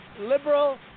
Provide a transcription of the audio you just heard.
liberal